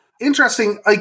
Interesting